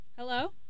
Hello